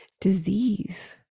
disease